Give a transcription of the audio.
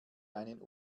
einen